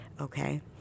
Okay